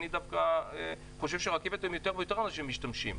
אני דווקא חושב שברכבת יותר ויותר אנשים משתמשים.